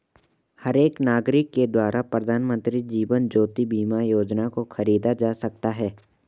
हर एक नागरिक के द्वारा प्रधानमन्त्री जीवन ज्योति बीमा योजना को खरीदा जा सकता है